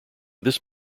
this